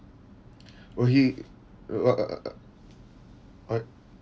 okay err right